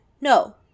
no